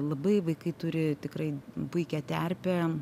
labai vaikai turi tikrai puikią terpę